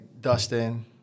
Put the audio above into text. Dustin